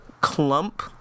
clump